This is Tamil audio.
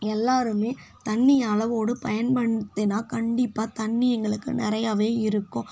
எல்லோருமே தண்ணியால பயன்படுத்தினா கண்டிப்பாக தண்ணி எங்களுக்கு நிறையாவே இருக்கும்